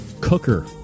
cooker